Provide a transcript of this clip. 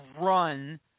run